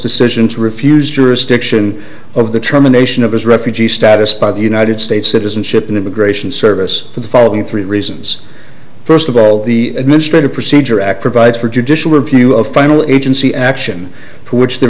decision to refuse jurisdiction of the trauma nation of his refugee status by the united states citizenship and immigration service for the following three reasons first of all the administrative procedure act provides for judicial review of final agency action for which there